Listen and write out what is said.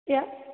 क्या